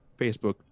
Facebook